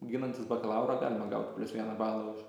ginantis bakalaurą galima gaut plius vieną balą už